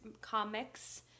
comics